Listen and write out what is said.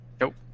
Nope